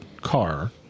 car